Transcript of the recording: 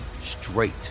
straight